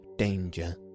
danger